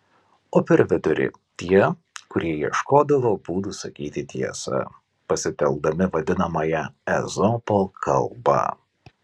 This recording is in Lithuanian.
o per vidurį tie kurie ieškodavo būdų sakyti tiesą pasitelkdami vadinamąją ezopo kalbą